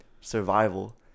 survival